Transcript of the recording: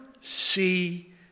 see